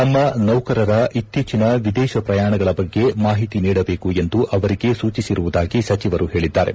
ತಮ್ಮ ನೌಕರರ ಇಕ್ತೀಚಿನ ವಿದೇಶ ಪ್ರಯಾಣಗಳ ಬಗ್ಗೆ ಮಾಹಿತಿ ನೀಡಬೇಕು ಎಂದು ಅವರಿಗೆ ಸೂಚಿಸಿರುವುದಾಗಿ ಸಚಿವರು ಹೇಳಿದ್ದಾರೆ